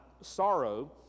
sorrow